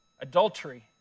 adultery